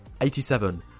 87